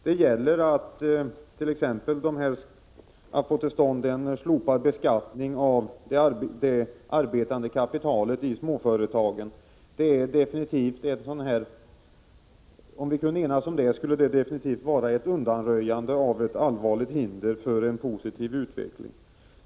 Det gäller t.ex. att få till stånd ett slopande av beskattningen på det arbetande kapitalet i småföretagen — om vi kunde enas om den saken skulle det 119 Prot. 1985/86:124 definitivt innebära undanröjande av ett allvarligt hinder för en positiv utveckling.